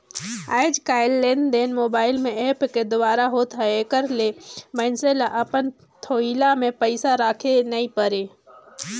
आएज काएललेनदेन मोबाईल में ऐप के दुवारा होत हवे एकर ले मइनसे ल अपन थोइला में पइसा राखे ले नी परे